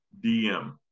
DM